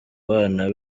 bana